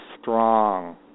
strong